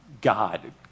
God